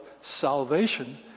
salvation